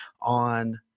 on